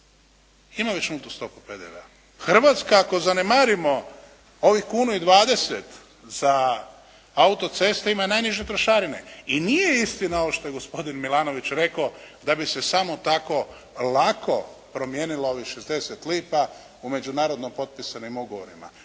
stopu PDV-a. Hrvatska ako zanemarimo ovih kunu i 20 za auto-ceste ima najniže trošarine. I nije istina ovo što je gospodin Milanović rekao da bi se samo tako lako promijenilo ovih 60 lipa u međunarodno potpisanim ugovorima.